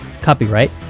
Copyright